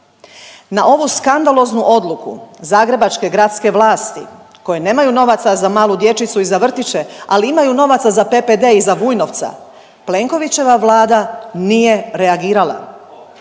Na ovu skandaloznu odluku zagrebačke gradske vlasti koje nemaju novaca malu dječicu i za vrtiće, ali imaju novaca za PPD i za Vujnovca, Plenkovićeva Vlada nije reagirala.